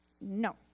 No